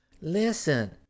Listen